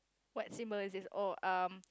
what symbol is oh um